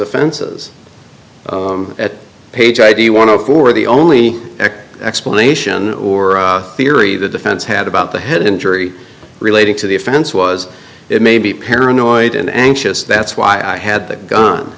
offenses at page i do you want to for the only explanation or theory the defense had about the head injury relating to the offense was it maybe paranoid and anxious that's why i had the gun